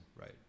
right